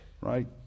right